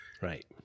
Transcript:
Right